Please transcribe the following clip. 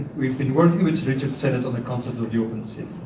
we've been working with region seven on the concept of the open city.